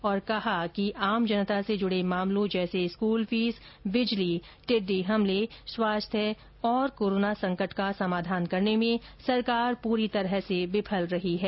उन्होंने कहा कि आम जनता से जुड़े मामलों जैसे स्कूल फीस बिजली टिड्डी हमले स्वास्थ्य और कोरोना संकट का समाधान करने में सरकार पूरी तरह से विफल रही है